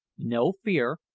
no fear,